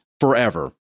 forever